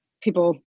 people